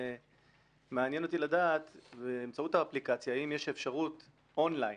ומעניין אותי לדעת באמצעות האפליקציה האם יש אפשרות און ליין,